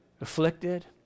Afflicted